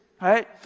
right